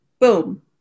boom